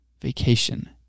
vacation